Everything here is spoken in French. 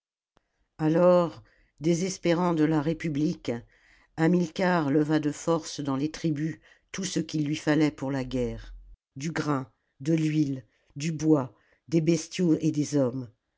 alors désespérant de la république hamilcar leva de force dans les tribus tout ce qu'il lui fallait pour la guerre du grain de l'huile du bois des bestiaux et des hommes